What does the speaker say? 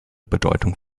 bedeutung